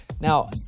Now